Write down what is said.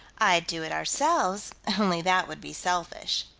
i'd do it, ourselves, only that would be selfish.